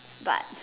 but